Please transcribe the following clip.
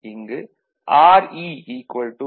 இங்கு Re 0